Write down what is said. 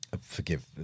forgive